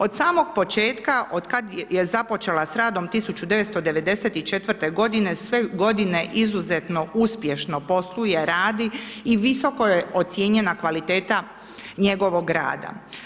Od samog početka, od kad je započela s radom 1994. g., sve godine izuzetno uspješno posluje, radi i visoko je ocijenjena kvaliteta njegovog rada.